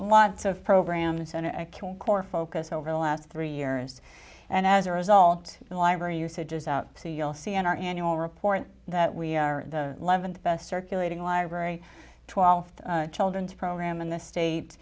lots of programs on a core focus over the last three years and as a result the library usage is out so you'll see on our annual report that we are the eleventh best circulating library twelfth children's program in the state